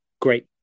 great